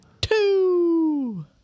two